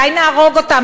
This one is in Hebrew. אולי נהרוג אותם,